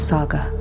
Saga